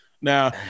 Now